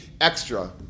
extra